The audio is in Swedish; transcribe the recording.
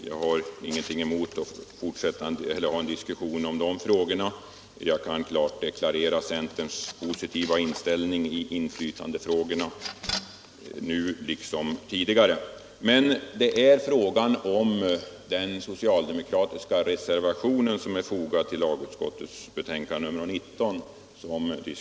Jag har ingenting emot att ha en diskussion om de frågorna — jag kan klart deklarera centerns positiva inställning i inflytandefrågorna nu liksom tidigare — men i dag gäller det den socialdemokratiska reservation som är fogad vid lagutskottets betänkande nr 19.